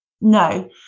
No